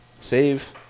Save